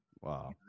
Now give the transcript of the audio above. Wow